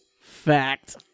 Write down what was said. fact